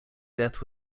death